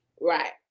Right